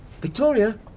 Victoria